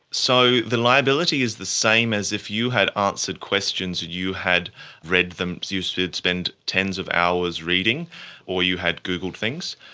so the liability is the same as if you had answered questions, you had read them, so you'd spent tens of hours reading or you had googled things,